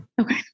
okay